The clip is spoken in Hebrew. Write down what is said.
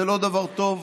זה לא דבר טוב,